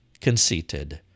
conceited